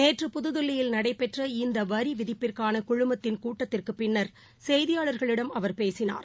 நேற்று புதுதில்லியில் நடைபெற்ற இந்தவரிவிதிப்பிற்கானகுழுமத்தின் கூட்டத்திற்குப் பின்னா் செய்தியாளர்களிடம் அவர் பேசினார்